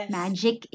magic